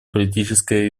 политическое